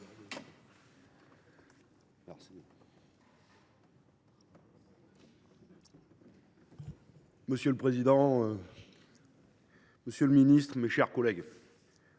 Monsieur le président, monsieur le ministre, mes chers collègues,